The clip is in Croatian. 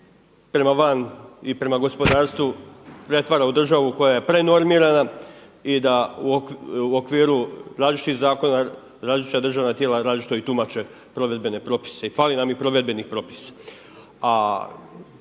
prema van i prema gospodarstvu pretvara u državu koja je prenormirana i da u okviru različitih zakona, različita državna tijela različito i tumače provedbene propise i fali nam provedbenih propisa.